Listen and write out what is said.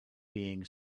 being